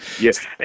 Yes